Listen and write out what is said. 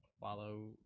follow